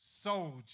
soldier